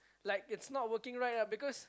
like it's not working right lah because